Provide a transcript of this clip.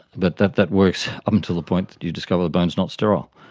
but that that works up until the point that you discover the bone is not sterile.